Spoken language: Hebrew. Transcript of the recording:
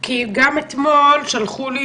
גם אתמול שלחו לי